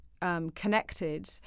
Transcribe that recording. connected